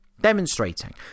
Demonstrating